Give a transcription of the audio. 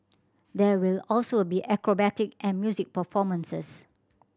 there will also be acrobatic and music performances